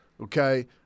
Okay